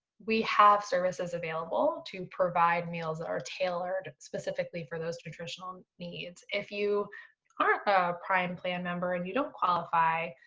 we have services available to provide meals that are tailored specifically for those nutritional needs. if you aren't a prime plan member and you don't qualify,